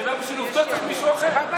אני אומר, בשביל עובדות צריך מישהו אחר.